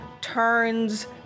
turns